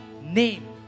name